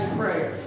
prayer